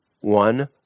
one